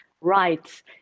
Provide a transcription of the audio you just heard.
right